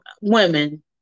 women